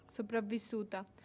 sopravvissuta